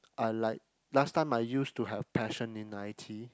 I like last time I used to have passion in I_T